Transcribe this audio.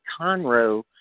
Conroe